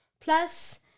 Plus